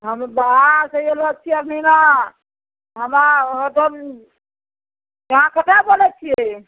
हमे बाहरसे अएलऽ छिए अभी ने हमरा होटल यहाँ ककरा बोलै छिए